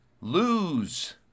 lose